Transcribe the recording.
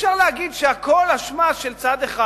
אי-אפשר להגיד שהכול אשמה של צד אחד.